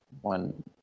one